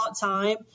time